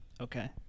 Okay